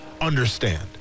understand